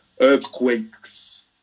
Earthquakes